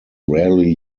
rarely